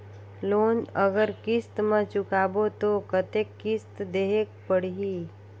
Loan अगर किस्त म चुकाबो तो कतेक किस्त देहेक पढ़ही?